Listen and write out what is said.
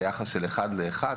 ביחס של אחד לאחד.